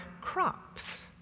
crops